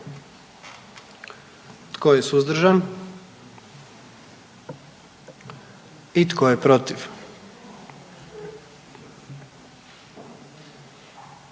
Tko je suzdržan? I tko je protiv?